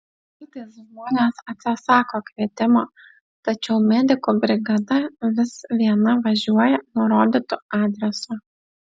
kartais žmonės atsisako kvietimo tačiau medikų brigada vis viena važiuoja nurodytu adresu